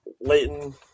Leighton